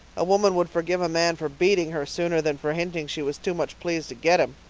a woman would forgive a man for beating her sooner than for hinting she was too much pleased to get him.